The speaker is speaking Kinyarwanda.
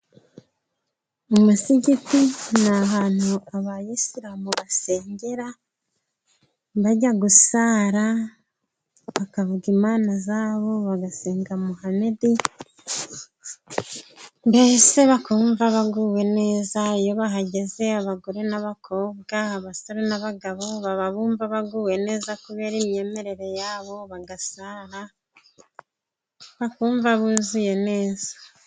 Mu musigiti ni ahantu abayisilamu basengera bajya gusara, bakavuga imana zabo bagasenga muhamedi mbese bakumva baguwe neza. Iyo bahageze abagore n'abakobwa abasore n'abagabo baba bumva baguwe neza, kubera imyemerere yabo bagasara bakumva buzuye neza.